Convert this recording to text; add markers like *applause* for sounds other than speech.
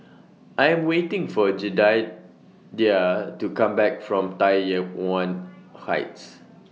I Am waiting For Jedidiah to Come Back from Tai Yuan *unintelligible* Heights